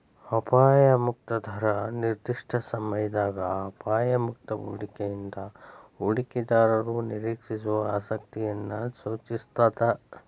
ಅಪಾಯ ಮುಕ್ತ ದರ ನಿರ್ದಿಷ್ಟ ಸಮಯದಾಗ ಅಪಾಯ ಮುಕ್ತ ಹೂಡಿಕೆಯಿಂದ ಹೂಡಿಕೆದಾರರು ನಿರೇಕ್ಷಿಸೋ ಆಸಕ್ತಿಯನ್ನ ಸೂಚಿಸ್ತಾದ